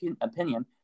opinion